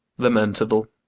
lamentable!